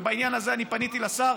ובעניין הזה אני פניתי לשר,